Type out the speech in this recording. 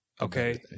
Okay